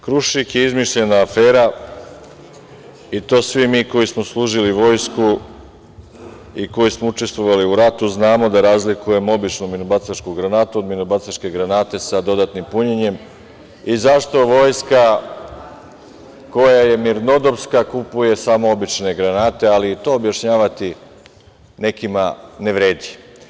Krušik“ je izmišljena afera i to svi mi koji smo služili vojsku i koji smo učestvovali u ratu znamo da razlikujemo običnu minobacačku granatu od minobacačke granate sa dodatnim punjenjem i zašto vojska, koja je mirnodopska, kupuje smo obične granate, ali to objašnjavati nekima ne vredi.